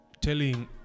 telling